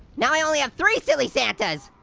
now i only have three silly santas.